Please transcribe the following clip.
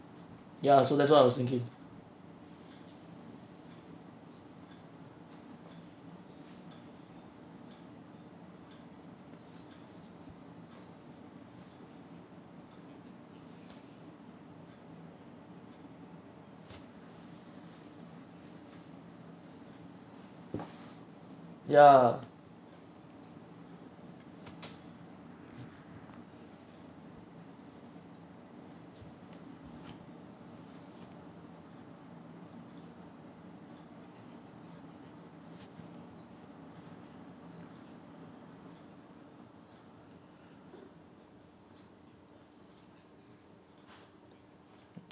ya so that's why I was thinking ya